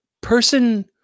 person